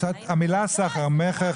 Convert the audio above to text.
המילה סחר מכר,